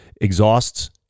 exhausts